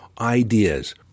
ideas